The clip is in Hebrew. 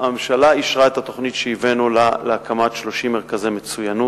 הממשלה אישרה את התוכנית שהבאנו לה להקמת 30 מרכזי מצוינות.